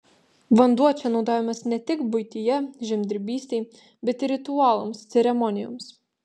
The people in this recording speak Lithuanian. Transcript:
vanduo čia naudojamas ne tik buityje žemdirbystei bet ir ritualams ceremonijoms